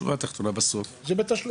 שורה תחתונה, בסוף --- זה בתשלום.